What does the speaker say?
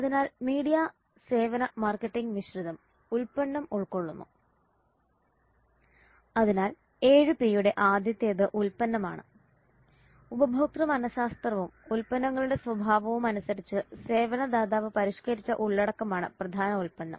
അതിനാൽ മീഡിയ സേവന മാർക്കറ്റിംഗ് മിശ്രിതം ഉൽപ്പന്നം ഉൾക്കൊള്ളുന്നു അതിനാൽ 7 P യുടെ ആദ്യത്തേത് ഉൽപ്പന്നമാണ് ഉപഭോക്തൃ മനശാസ്ത്രവും ഉൽപ്പന്നങ്ങളുടെ സ്വഭാവവും അനുസരിച്ച് സേവന ദാതാവ് പരിഷ്കരിച്ച ഉള്ളടക്കമാണ് പ്രധാന ഉൽപ്പന്നം